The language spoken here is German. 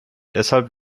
deshalb